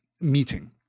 meeting